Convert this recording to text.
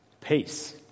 peace